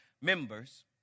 members